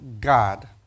God